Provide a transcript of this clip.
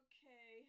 Okay